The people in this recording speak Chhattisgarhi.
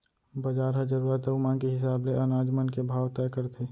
बजार ह जरूरत अउ मांग के हिसाब ले अनाज मन के भाव तय करथे